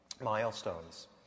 milestones